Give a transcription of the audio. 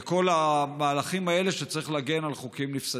וכל המהלכים האלה כשצריך להגן על חוקים נפסדים?